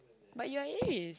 but you are as